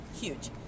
huge